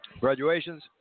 Graduations